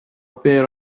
pair